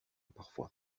parfois